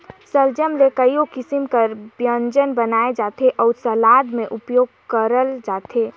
सलजम ले कइयो किसिम कर ब्यंजन बनाल जाथे अउ सलाद में उपियोग करल जाथे